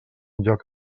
lloc